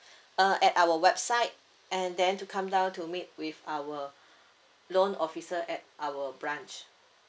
uh at our website and then to come down to meet with our loan officer at our branch